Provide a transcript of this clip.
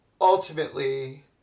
ultimately